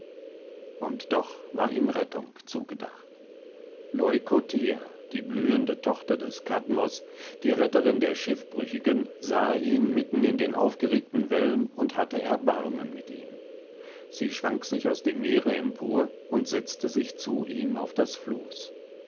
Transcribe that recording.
und doch war ihm rettung zugedacht leukothea die blühende tochter des kadmos die retterin der schiffbrüchigen sah ihn mitten in den aufgeregten wellen und hatte erbarmen mit ihm sie schwang sich aus dem meere empor und setzte sich zu ihm auf das floß